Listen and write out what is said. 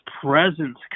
presence